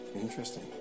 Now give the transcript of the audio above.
Interesting